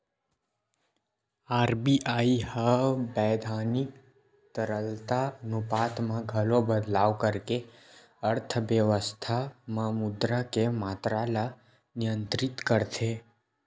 RBI ह बैधानिक तरलता अनुपात म घलो बदलाव करके अर्थबेवस्था म मुद्रा के मातरा ल नियंत्रित करथे